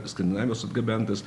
skandinavijos atgabentas